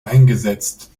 eingesetzt